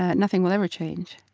ah nothing will ever change.